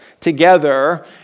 together